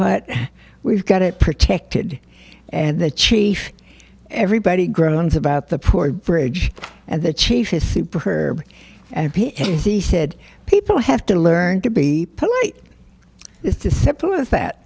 what we've got it protected and the chief everybody groans about the poor bridge and the chief is super herb and he said people have to learn to be polite it's a simple as that